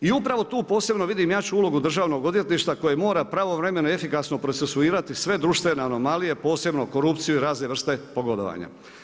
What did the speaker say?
I upravo tu posebno vidim jaču ulogu Državnog odvjetništva koji mora pravovremeno i efikasno procesuirati sve društvene anomalije, posebno korupciju i razne vrste pogodovanja.